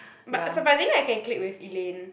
but surprisingly I can click with Elane